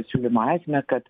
siūlymo esmę kad